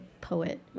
poet